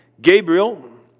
Gabriel